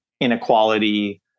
inequality